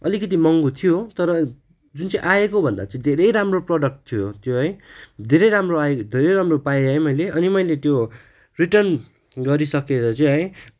अलिकति महँगो थियो तर जुन चाहिँ आएको भन्दा चाहिँ धेरै राम्रो प्रडक्ट थियो त्यो है धेरै राम्रो आयो धेरै राम्रो पाएँ है मैले अनि मैले त्यो रिटर्न गरिसकेर चाहिँ है